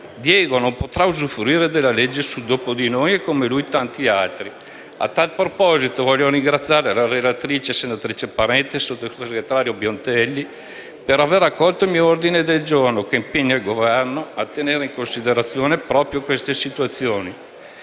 Diego non potrà usufruire della legge sul dopo di noi e come lui tanti altri. A tal proposito desidero ringraziare la relatrice Parente e il sottosegretario Biondelli per aver accolto il mio ordine del giorno che impegna il Governo a tenere in considerazione proprio queste situazioni.